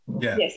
Yes